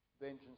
Vengeance